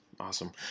Awesome